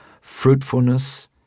fruitfulness